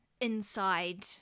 inside